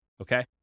okay